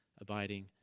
abiding